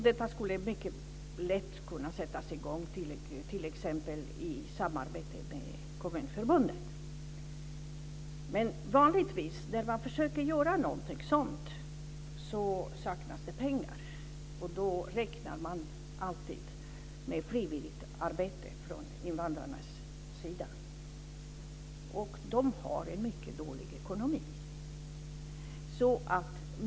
Detta skulle mycket lätt kunna sättas i gång t.ex. i samarbete med Kommunförbundet. När man försöker att göra någonting sådant saknas det vanligtvis pengar. Då räknar man alltid med frivilligt arbete från invandrarnas sida, och de har en mycket dålig ekonomi.